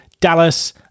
Dallas